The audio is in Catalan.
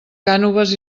cànoves